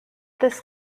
this